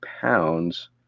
pounds